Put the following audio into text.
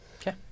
Okay